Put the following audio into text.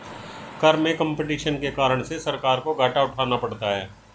कर में कम्पटीशन के कारण से सरकार को घाटा उठाना पड़ता है